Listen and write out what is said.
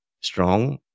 strong